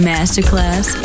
Masterclass